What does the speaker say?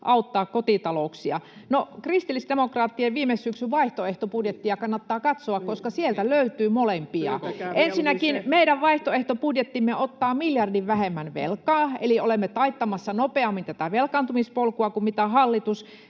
auttaa kotitalouksia. No, kristillisdemokraattien viime syksyn vaihtoehtobudjettia kannattaa katsoa, koska sieltä löytyy molempia. Ensinnäkin meidän vaihtoehtobudjettimme ottaa miljardin vähemmän velkaa, eli olemme taittamassa tätä velkaantumispolkua nopeammin kuin hallitus.